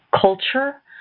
culture